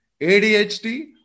ADHD